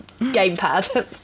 gamepad